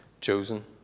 chosen